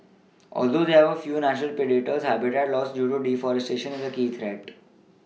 although they have few natural predators habitat loss due to deforestation is a key threat